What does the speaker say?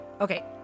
Okay